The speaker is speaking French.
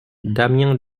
damiens